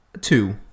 Two